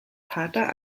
pater